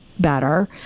better